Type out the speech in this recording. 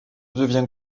devient